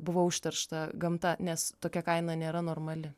buvo užteršta gamta nes tokia kaina nėra normali